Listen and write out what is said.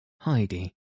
Heidi